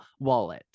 wallet